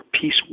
peace